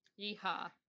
Yeehaw